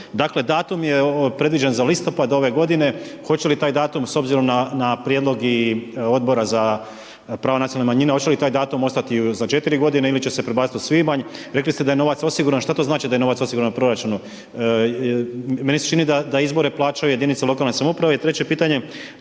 Dakle, datum je predviđen za listopad ove godine, hoće li taj datum s obzirom na prijedlog i Odbora za pravo nacionalne manjine, hoće li taj datum ostati za 4 godine ili će se prebaciti u svibanj? Rekli ste da je novac osiguran, šta to znači da je novac osiguran u proračunu? Meni se čini da izbore plaćaju jedinice lokalne samouprave. I treće pitanje,